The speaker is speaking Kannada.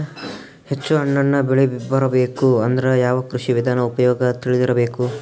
ಹೆಚ್ಚು ಹಣ್ಣನ್ನ ಬೆಳಿ ಬರಬೇಕು ಅಂದ್ರ ಯಾವ ಕೃಷಿ ವಿಧಾನ ಉಪಯೋಗ ತಿಳಿದಿರಬೇಕು?